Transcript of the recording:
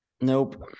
nope